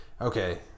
okay